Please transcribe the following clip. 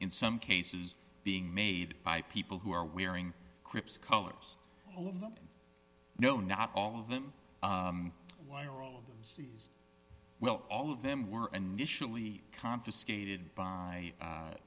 in some cases being made by people who are wearing crips colors no not all of them why are all of the c's well all of them were initially confiscated by